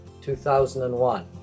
2001